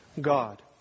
God